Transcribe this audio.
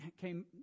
came